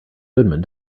goodman